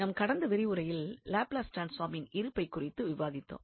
நாம் கடந்த விரிவுரையில் லாப்லஸ் ட்ரான்ஸ்பார்மின் இருப்பைக் குறித்து விவாதித்தோம்